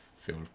feel